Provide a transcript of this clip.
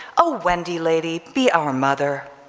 oh wendy lady, be our mother.